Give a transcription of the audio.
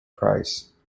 price